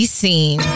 seen